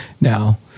Now